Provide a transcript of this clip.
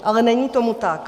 Ale není tomu tak.